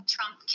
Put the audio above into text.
Trump